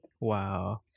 Wow